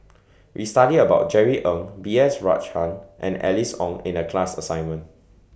We studied about Jerry Ng B S Rajhans and Alice Ong in The class assignment